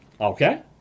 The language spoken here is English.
Okay